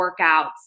workouts